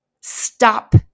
Stop